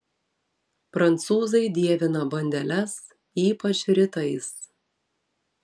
prancūzai dievina bandeles ypač rytais